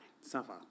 Suffer